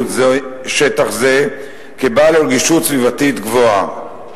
שטח זה כבעל רגישות סביבתית גבוהה.